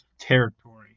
territory